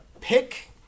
Pick